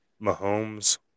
Mahomes